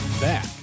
back